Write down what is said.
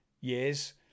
years